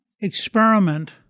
experiment